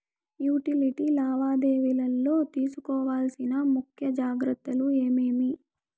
Utility లావాదేవీల లో తీసుకోవాల్సిన ముఖ్య జాగ్రత్తలు ఏమేమి?